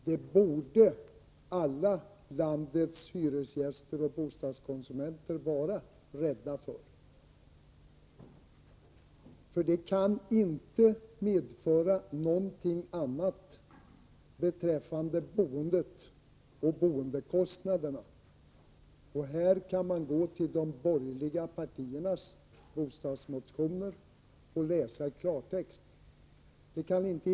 Det borde alla landets hyresgäster och bostadskonsumenter vara rädda för. För det kan inte medföra något annat beträffande boendet och boendekostnaderna än försämringar och fördyringar för hyresgäster, bostadsrättsinnehavare och också för småhusägare.